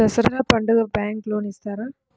దసరా పండుగ bank loan ఇస్తారా?